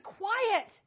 quiet